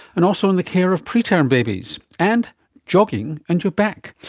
and also in the care of preterm babies. and jogging and your back.